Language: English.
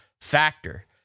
Factor